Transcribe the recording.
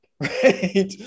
right